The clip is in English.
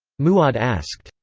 mu'adh asked,